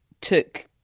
took